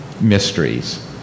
mysteries